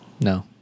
No